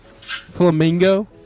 Flamingo